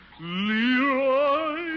Leroy